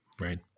right